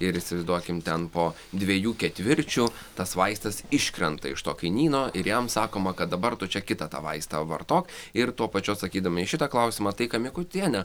ir įsivaizduokime ten po dviejų ketvirčių tas vaistas iškrenta iš to kainyno ir jam sakoma kad dabar tu čia kitą tą vaistą vartok ir tuo pačiu atsakydami į šitą klausimą tai ką mikutienė